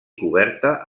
coberta